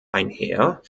einher